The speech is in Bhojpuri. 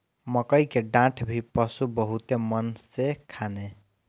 मकई के डाठ भी पशु बहुते मन से खाने